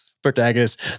protagonist